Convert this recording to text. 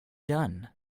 done